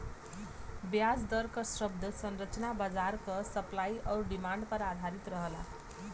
ब्याज दर क शब्द संरचना बाजार क सप्लाई आउर डिमांड पर आधारित रहला